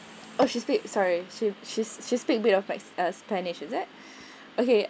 oh she speak sorry she she she speak a bit of spanish is it okay